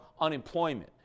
unemployment